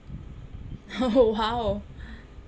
!wow!